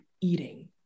eating